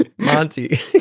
Monty